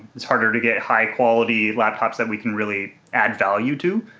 it's harder to get high quality laptops that we can really add value to.